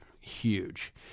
huge